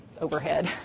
overhead